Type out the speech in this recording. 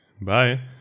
Bye